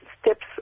steps